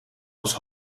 was